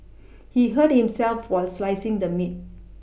he hurt himself while slicing the meat